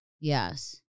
Yes